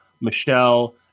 Michelle